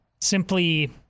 simply